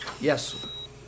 Yes